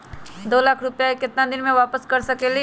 दो लाख रुपया के केतना दिन में वापस कर सकेली?